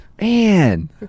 man